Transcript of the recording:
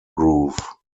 groove